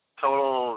total